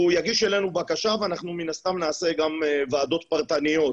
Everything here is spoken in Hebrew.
הוא יגיש אלינו בקשה ואנחנו מן הסתם נעשה גם ועדות פרטניות,